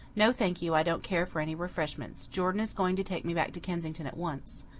no, thank you, i don't care for any refreshments. jordan is going to take me back to kensington at once.